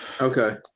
okay